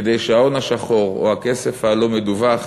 כדי שההון השחור או הכסף הלא-מדווח